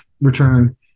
return